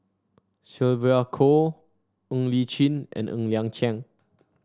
Sylvia Kho Ng Li Chin and Ng Liang Chiang